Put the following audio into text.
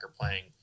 playing